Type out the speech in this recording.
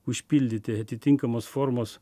užpildyti atitinkamos formos